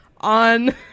on